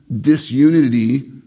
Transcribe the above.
disunity